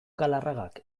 galarragak